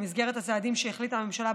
במסגרת הצעדים שהחליטה הממשלה,